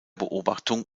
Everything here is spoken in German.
beobachtung